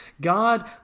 God